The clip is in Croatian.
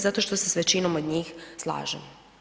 Zato što se s većinom od njih slažem.